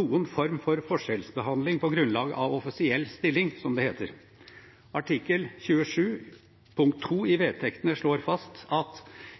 noen form for forskjellsbehandling på grunnlag av offisiell stilling». Artikkel 27, punkt 2 i vedtektene, slår fast: